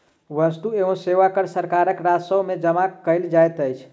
वस्तु एवं सेवा कर सरकारक राजस्व में जमा कयल जाइत अछि